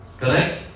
Correct